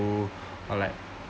to or like